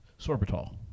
Sorbitol